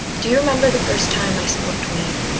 do you remember the first time i smoked weed?